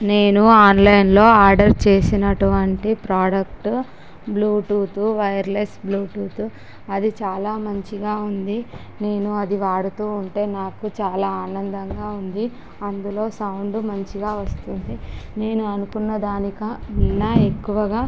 నేను ఆన్లైన్లో ఆర్డర్ చేసినటువంటి ప్రోడక్ట్ బ్లూటూత్ వైర్లెస్ బ్లూటూత్ అది చాలా మంచిగా ఉంది నేను అది వాడుతూ ఉంటె నాకు చాలా ఆనందంగా ఉంది అందులో సౌండ్ మంచిగా వస్తుంది నేను అనుకున్నదానికన్నా ఎక్కువగా